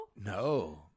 No